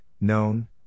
known